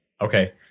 Okay